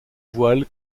voile